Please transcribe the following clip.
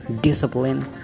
discipline